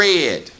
Red